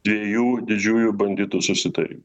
dviejų didžiųjų banditų susitarimo